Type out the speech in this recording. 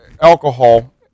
alcohol